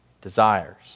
desires